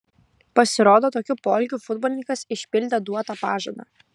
pasirodo tokiu poelgiu futbolininkas išpildė duotą pažadą